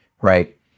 right